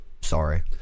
sorry